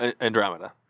Andromeda